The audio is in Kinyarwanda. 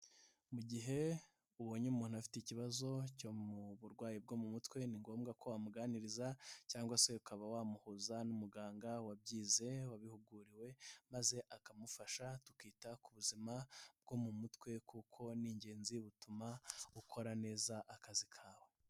Mu gihe ubonye umuntu afite ikibazo cyo mu burwayi bwo mu mutwe ni ngombwa ko wamuganiriza cyangwa se ukaba wamuhuza n'umuganga wabyize, wabihuguriwe maze akamufasha, tukita ku buzima bwo mu mutwe kuko ni ingenzi, butuma ukora neza akazi kawe.